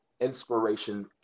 inspiration